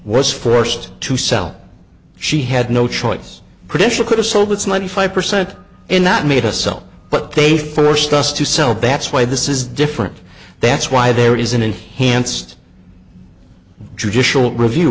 was forced to sell she had no choice credential could have sold it's ninety five percent in that made us sell but they forced us to sell bats why this is different that's why there isn't an hance judicial review